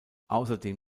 außerdem